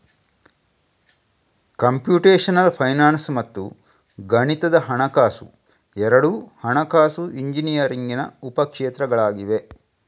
computational finance ಮತ್ತು ಗಣಿತದ ಹಣಕಾಸು ಎರಡೂ ಹಣಕಾಸು ಇಂಜಿನಿಯರಿಂಗಿನ ಉಪ ಕ್ಷೇತ್ರಗಳಾಗಿವೆ